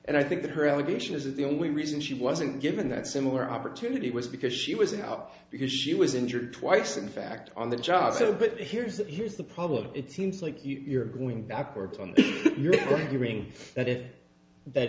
and i think that her allegation is that the only reason she wasn't given that similar opportunity was because she was out because she was injured twice in fact on the job so but here's the here's the problem it seems like you're going backwards on the you're going at it that